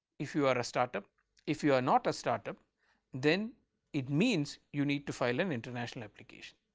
if you are a start-up if you are not a start-up then it means you need to file an international application.